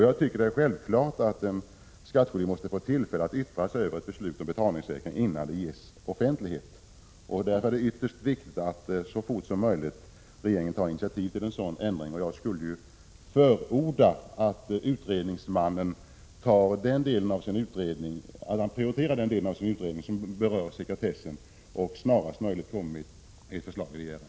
Jag tycker att det är självklart att en skattskyldig skall få tillfälle att yttra sig över ett beslut om betalningssäkring innan det ges offentlighet. Därför är det ytterst viktigt att regeringen så fort som möjligt tar initiativ till en sådan ändring. Jag skulle förorda att utredningsmannen prioriterar den del av sin utredning som rör sekretessfrågor och snarast möjligt lägger fram ett förslag till regeringen.